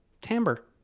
timbre